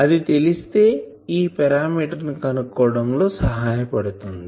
అది తేలిస్తే ఈ పారామీటర్ ని కనుక్కోవటం లో సహాయ పడుతుంది